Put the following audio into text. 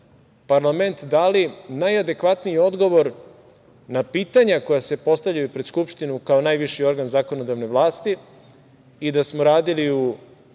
parlament dali najadekvatniji odgovor na pitanja koja se postavljaju pred Skupštinu, kao najviši organ zakonodavne vlasti, i da smo radili u